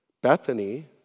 Bethany